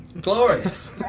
Glorious